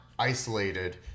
isolated